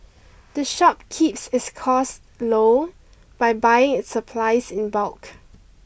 the shop keeps its costs low by buying its supplies in bulk